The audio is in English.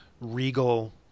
regal